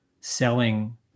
selling